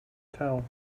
tell